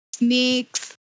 Snakes